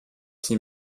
qui